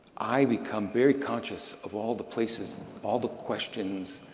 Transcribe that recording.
i become very conscious of all the places all the questions,